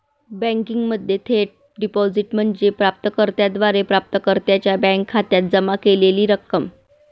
बँकिंगमध्ये थेट डिपॉझिट म्हणजे प्राप्त कर्त्याद्वारे प्राप्तकर्त्याच्या बँक खात्यात जमा केलेली रक्कम